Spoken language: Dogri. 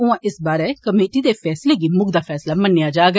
उआं इस बारे कमेटी दे फैसले गी म्कदा फैसला मन्नेआ जाग